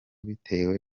bitewe